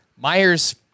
Myers